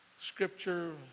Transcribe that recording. scripture